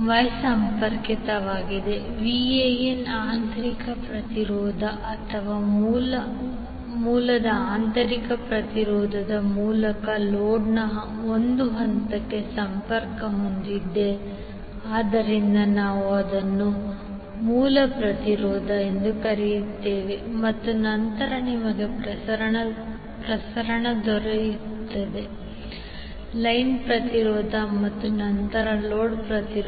ಮೂಲವು Y ಸಂಪರ್ಕಿತವಾಗಿದೆ Van ಆಂತರಿಕ ಪ್ರತಿರೋಧ ಅಥವಾ ಮೂಲದ ಆಂತರಿಕ ಪ್ರತಿರೋಧದ ಮೂಲಕ ಲೋಡ್ನ ಒಂದು ಹಂತಕ್ಕೆ ಸಂಪರ್ಕ ಹೊಂದಿದೆ ಆದ್ದರಿಂದ ನಾವು ಅದನ್ನು ಮೂಲ ಪ್ರತಿರೋಧ ಎಂದು ಕರೆಯುತ್ತೇವೆ ಮತ್ತು ನಂತರ ನಿಮಗೆ ಪ್ರಸರಣ ಇರುತ್ತದೆ ಲೈನ್ ಪ್ರತಿರೋಧ ಮತ್ತು ನಂತರ ಲೋಡ್ ಪ್ರತಿರೋಧ